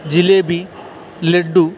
jalebi laddu